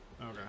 Okay